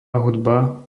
hudba